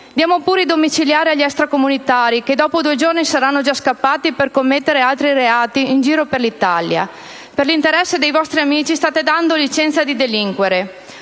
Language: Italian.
Diamo pure i domiciliari agli extracomunitari, che dopo due giorni saranno già scappati per commettere altri reati in giro per l'Italia. Per l'interesse dei vostri amici, state dando licenza di delinquere.